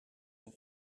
een